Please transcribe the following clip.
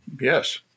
Yes